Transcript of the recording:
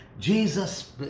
Jesus